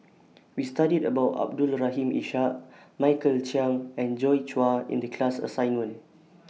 We studied about Abdul Rahim Ishak Michael Chiang and Joi Chua in The class assignment